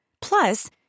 Plus